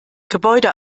gebäude